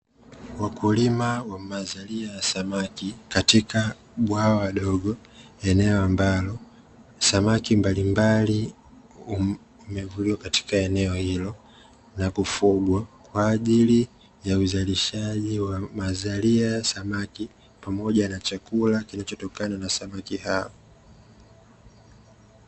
Wakulima wa mazalia ya samaki katika bwawa dogo eneo ambalo samaki mbalimbali wamevuliwa katika eneo hilo, na kufugwa kwa ajili ya uzalishaji wa mazalia ya samaki pamoja na chakula kitokanacho na samaki hao.